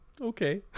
Okay